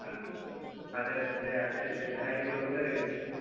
হ্যাঁ শার্টের যে আছে সে ভ্যারাইটিগুলো কোথায় রেখেছিস তুই